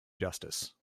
justice